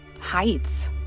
heights